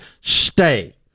stay